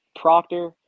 Proctor